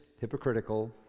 hypocritical